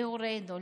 להורינו,